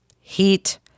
heat